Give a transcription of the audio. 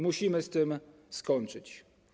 Musimy z tym skończyć.